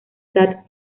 that